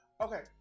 Okay